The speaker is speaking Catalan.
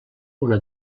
una